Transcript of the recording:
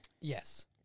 Yes